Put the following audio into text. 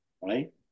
right